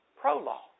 Pro-law